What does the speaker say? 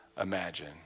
imagine